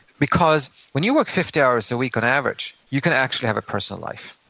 because when you work fifty hours a week on average you can actually have a personal life,